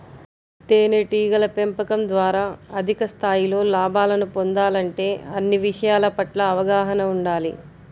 తేనెటీగల పెంపకం ద్వారా అధిక స్థాయిలో లాభాలను పొందాలంటే అన్ని విషయాల పట్ల అవగాహన ఉండాలి